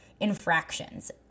infractions